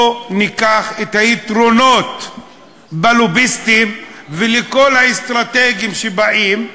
בואו ניקח את היתרונות בלוביסטים ובכל האסטרטגים שבאים,